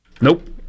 Nope